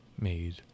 Made